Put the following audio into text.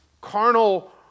carnal